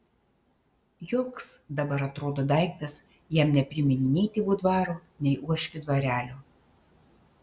joks dabar atrodo daiktas jam nepriminė nei tėvų dvaro nei uošvių dvarelio